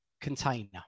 container